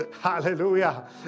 Hallelujah